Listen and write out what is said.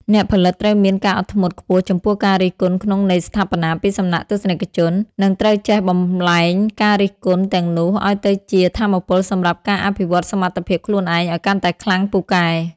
អ្នកផលិតត្រូវមានការអត់ធ្មត់ខ្ពស់ចំពោះការរិះគន់ក្នុងន័យស្ថាបនាពីសំណាក់ទស្សនិកជន និងត្រូវចេះបំប្លែងការរិះគន់ទាំងនោះឱ្យទៅជាថាមពលសម្រាប់ការអភិវឌ្ឍសមត្ថភាពខ្លួនឯងឱ្យកាន់តែខ្លាំងពូកែ។